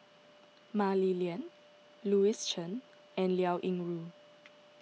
Mah Li Lian Louis Chen and Liao Yingru